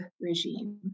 regime